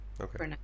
Okay